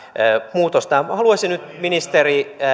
muutos haluaisin nyt ministeri